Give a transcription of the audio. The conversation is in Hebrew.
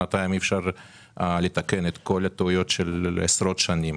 שנתיים אי אפשר לתקן את כל הטעויות של עשרות שנים,